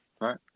right